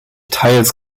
teils